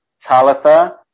Talitha